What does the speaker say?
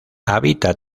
habita